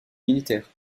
militaires